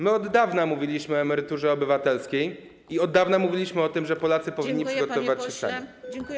My od dawna mówiliśmy o emeryturze obywatelskiej i od dawna mówiliśmy o tym, że Polacy powinni przygotowywać się sami.